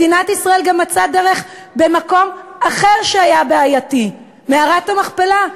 מדינת ישראל גם מצאה דרך במקום אחר שהיה בעייתי: מערת המכפלה.